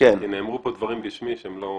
כי נאמרו פה דברים בשמי שהם לא מדויקים.